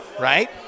right